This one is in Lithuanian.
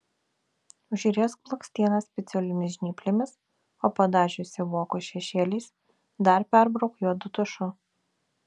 užriesk blakstienas specialiomis žnyplėmis o padažiusi vokus šešėliais dar perbrauk juodu tušu